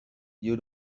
you